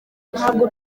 ntabwo